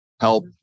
help